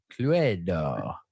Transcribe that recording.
Cluedo